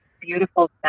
beautiful